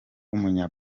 w’umunya